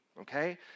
okay